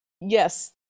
yes